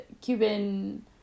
Cuban